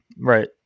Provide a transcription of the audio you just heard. Right